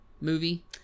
movie